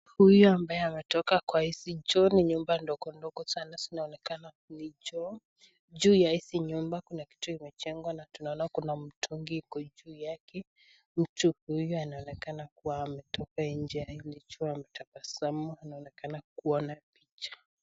Huyu ambaye ametoka kwa hizi choo, ni nyumba ndogo ndogo sana zinaonekana kuwa ni choo. Juu ya hizi nyumba kuna kitu imejengwa na tunaona kuna mtungi iko juu yake. Mtu huyu anaonekana kuwa ametoka nje ya hili choo, ametabasamu. Anaonekana kuona picha.